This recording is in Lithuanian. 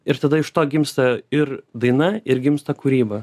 ir tada iš to gimsta ir daina ir gimsta kūryba